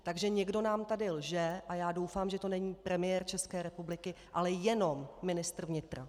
Takže někdo nám tady lže a já doufám, že to není premiér České republiky, ale jenom ministr vnitra.